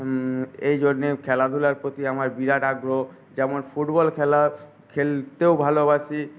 এই জন্যই খেলাধুলোর প্রতি আমার বিরাট আগ্রহ যেমন ফুটবল খেলা খেলতেও ভালোবাসি